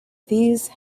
these